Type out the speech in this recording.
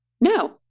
no